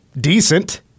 decent